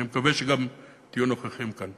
אני מקווה שגם תהיו נוכחים כאן.